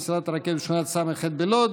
היא על מסילת הרכבת בשכונת ס"ח בלוד: